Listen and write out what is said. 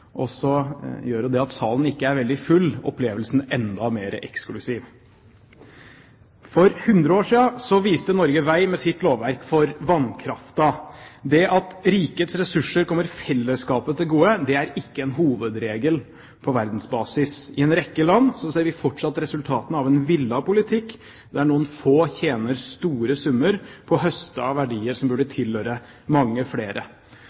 Og så gjør jo det at salen ikke er veldig full, opplevelsen enda mer eksklusiv. For 100 år siden viste Norge vei med sitt lovverk for vannkraften. Det at rikets ressurser kommer fellesskapet til gode, er ikke en hovedregel på verdensbasis. I en rekke land ser vi fortsatt resultatene av en villet politikk, der noen få tjener store summer på å høste av verdier som burde tilhørt mange flere.